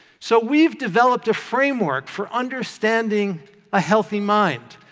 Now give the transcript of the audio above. so we've developed a framework for understanding a healthy mind,